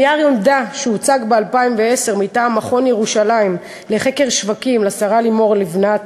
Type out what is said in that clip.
בנייר עמדה שהוצג ב-2010 מטעם מכון ירושלים לחקר שווקים לשרה לימור לבנת